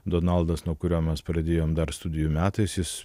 donaldas nuo kurio mes pradėjom dar studijų metais jis